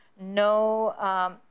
no